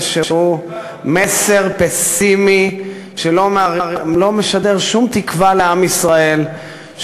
מסר פסימי שלא משדר שום תקווה לעם ישראל,